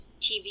TV